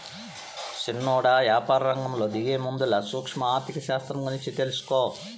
సిన్నోడా, యాపారరంగంలో దిగేముందల సూక్ష్మ ఆర్థిక శాస్త్రం గూర్చి తెలుసుకో